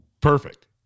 Perfect